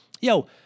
yo